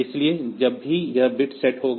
इसलिए जब भी यह बिट सेट होगा